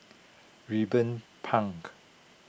Ruben Pang